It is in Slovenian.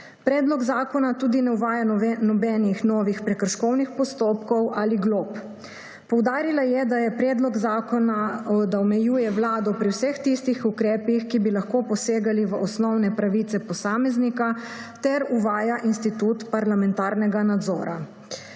Predlog zakona tudi ne uvaja nobenih novih prekrškovnih postopkov ali glob. Poudarila je, da je predlog zakona, da omejuje Vlado pri vseh tistih ukrepih, ki bi lahko posegali v osnovne pravice posameznika, ter uvaja institut parlamentarnega nadzora.